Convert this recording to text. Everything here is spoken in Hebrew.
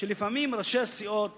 שלפעמים ראשי הסיעות